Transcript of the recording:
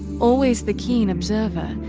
always the keen observer,